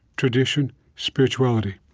tradition, spirituality.